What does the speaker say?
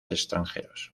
extranjeros